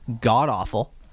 god-awful